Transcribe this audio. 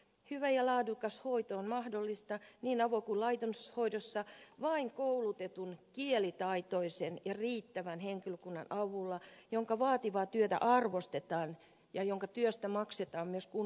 hyvä ja laadukas hoito on mahdollista niin avo kuin laitoshoidossa vain koulutetun kielitaitoisen ja riittävän henkilökunnan avulla jonka vaativaa työtä arvostetaan ja jonka työstä maksetaan myös kunnon palkka